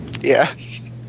Yes